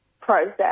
process